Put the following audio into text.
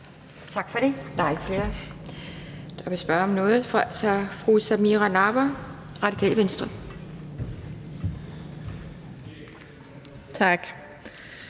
Tak for det. Der er ikke flere, der vil spørge om noget. Så er det fru Samira Nawa, Radikale Venstre. Kl.